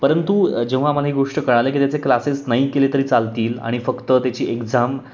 परंतु जेव्हा आम्हाला एक गोष्ट कळलं की त्याचे क्लासेस नाही केले तरी चालतील आणि फक्त त्याची एक्झाम